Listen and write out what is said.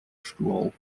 school